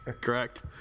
Correct